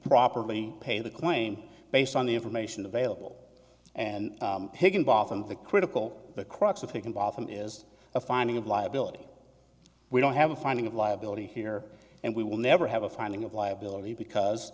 properly pay the coin based on the information available and higginbotham the critical the crux of thinking bottom is a finding of liability we don't have a finding of liability here and we will never have a finding of liability because